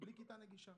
בלי כיתה נגישה.